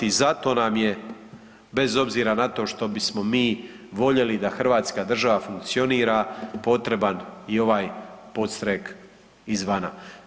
I zato nam je bez obzira na to što bismo mi voljeli da Hrvatska država funkcionira potreban i ovaj podstrek izvana.